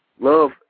love